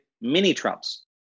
mini-Trumps